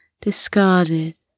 discarded